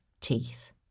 teeth